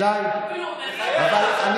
בלי בושה, חוצפה.